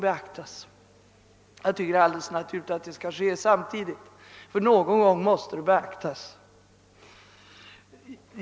Jag tycker det är alldeles naturligt att detta skall ske samtidigt, ty någon gång måste detta beaktas.